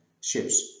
ships